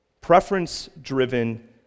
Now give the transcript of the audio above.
Preference-driven